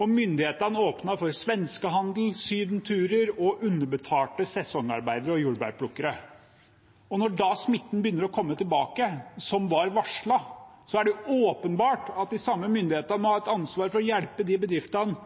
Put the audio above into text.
Myndighetene åpnet for svenskehandel, sydenturer og underbetalte sesongarbeidere og jordbærplukkere. Når da smitten begynner å komme tilbake, noe som var varslet, er det åpenbart at de samme myndighetene må ha et ansvar for å hjelpe de bedriftene